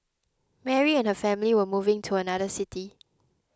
Mary and her family were moving to another city